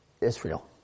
Israel